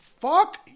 Fuck